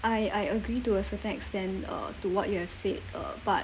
I I agree to a certain extent uh to what you have said uh but